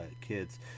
kids